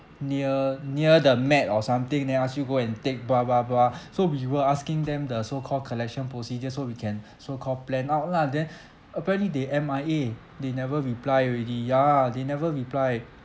near near the mat or something then ask you go and take blah blah blah so we were asking them the so called collection procedure so we can so called plan out lah then apparently they M_I_A they never reply already ya they never reply